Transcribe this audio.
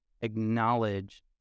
acknowledge